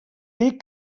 dic